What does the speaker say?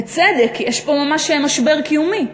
בצדק, כי יש פה ממש משבר קיומי.